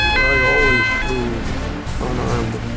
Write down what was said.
i always flew un-armed,